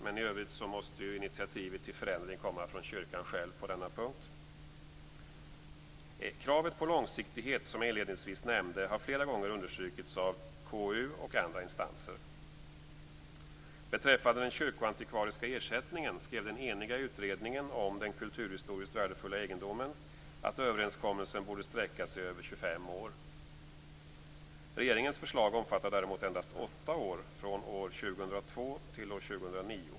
Men i övrigt måste ju initiativet till förändring komma från kyrkan själv på denna punkt. Kravet på långsiktighet, som jag inledningsvis nämnde, har flera gånger understrukits av KU och andra instanser. Beträffande den kyrkoantikvariska ersättningen skrev den eniga utredningen om den kulturhistoriskt värdefulla egendomen att överenskommelsen borde sträcka sig över 25 år. Regeringens förslag omfattar däremot endast åtta år, från år 2002 till år 2009.